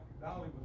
Dolly